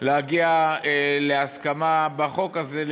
להגיע להסכמה בחוק הזה,